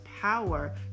power